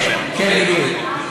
כן כן, בדיוק.